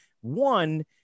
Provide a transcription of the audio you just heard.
one